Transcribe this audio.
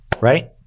right